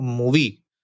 movie